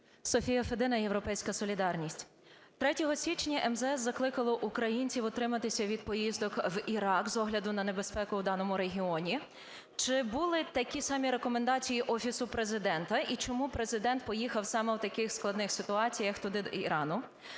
Софія Федина, "Європейська солідарність". 3 січня МЗС закликало українців утриматися від поїздок в Ірак з огляду на небезпеку в даному регіоні. Чи були такі самі рекомендації Офісу Президента, і чому Президент поїхав саме в таких складних ситуаціях туди, до Ірану?